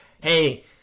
hey